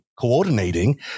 coordinating